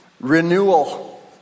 Renewal